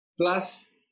Plus